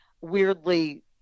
weirdly